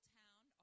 town